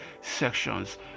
sections